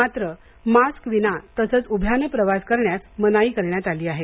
मात्र मास्कविना तसंच उभ्याने प्रवास करण्यास मनाई करण्यात आली आहे